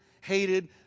hated